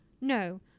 no